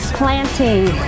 planting